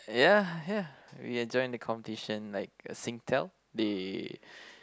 ya ya we enjoyed the competition like Singtel they